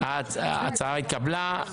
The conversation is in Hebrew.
ההצעה התקבלה.